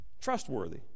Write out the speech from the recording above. Trustworthy